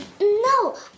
No